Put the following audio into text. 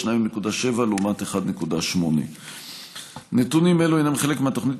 2.7 לעומת 1.8. נתונים אלו הם חלק מהתוכנית